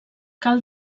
cal